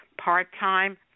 part-time